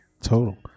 total